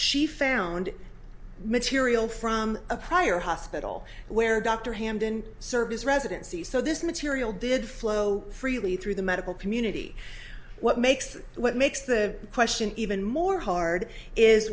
she found material from a prior hospital where dr hamdan service residency so this material did flow freely through the medical community what makes what makes the question even more hard is